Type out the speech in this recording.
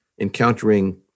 encountering